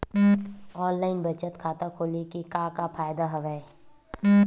online बचत खाता खोले के का का फ़ायदा हवय